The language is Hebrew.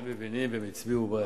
הם מבינים והם הצביעו בעד.